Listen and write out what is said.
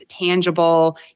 tangible